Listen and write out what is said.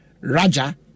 Raja